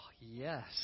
yes